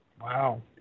Wow